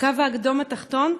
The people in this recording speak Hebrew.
הקו האדום התחתון,